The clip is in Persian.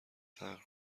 فقر